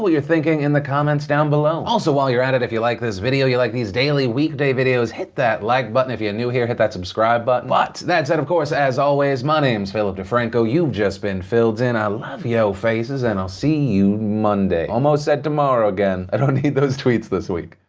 you're thinking in the comments down below also while you're at it, if you like this video, you like these daily weekday videos, hit that like button. if you're new here, hit that subscribe button but that said, of course as always, my name's philip defranco you've just been phil'd in, i love yo faces, and i'll see you. monday almost said tomorrow again. i don't need those tweets this week